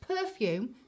perfume